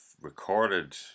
recorded